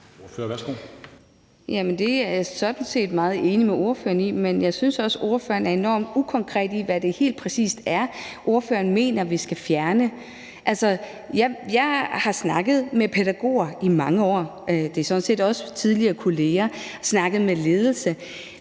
sådan set meget enig med ordføreren i, men jeg synes også, at ordføreren er enormt ukonkret, med hensyn til hvad det egentlig er, hun mener vi skal fjerne. Jeg har snakket med pædagoger i mange år – det er sådan set også tidligere kolleger – og jeg har snakket med folk